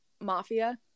Mafia